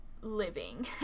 living